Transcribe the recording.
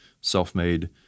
self-made